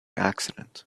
accident